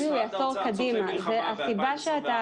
אני מבין מזה שמשרד האוצר צופה מלחמה ב-2024.